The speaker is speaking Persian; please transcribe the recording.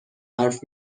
حرف